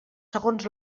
segons